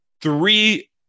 Three